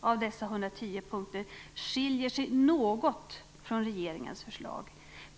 av dessa 110 punkter skiljer sig något från regeringens förslag.